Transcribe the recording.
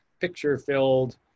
picture-filled